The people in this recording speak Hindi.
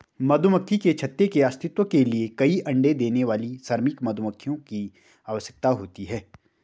मधुमक्खी के छत्ते के अस्तित्व के लिए कई अण्डे देने वाली श्रमिक मधुमक्खियों की आवश्यकता होती है